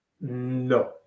No